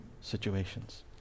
situations